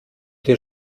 dir